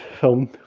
film